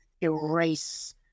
erase